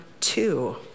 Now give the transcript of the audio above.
Two